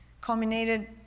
culminated